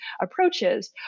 approaches